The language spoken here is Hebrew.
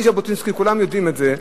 גם בלי ז'בוטינסקי, כולם יודעים את זה.